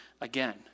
again